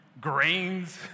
grains